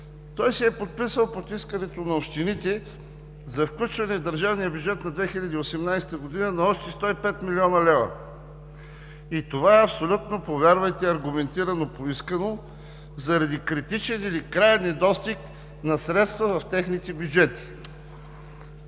той се е подписал под искането на общините за включване в държавния бюджет за 2018 г. на още 105 млн. лв. И това, повярвайте, е абсолютно аргументирано поискано заради критичен или краен недостиг на средства в техните бюджети.